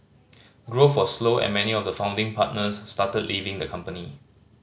growth was slow and many of the founding partners started leaving the company